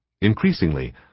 Increasingly